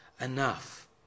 enough